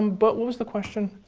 and but what was the question?